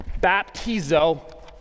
baptizo